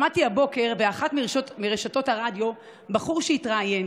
שמעתי הבוקר באחת מרשתות הרדיו בחור שהתראיין.